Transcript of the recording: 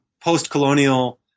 post-colonial